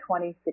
2016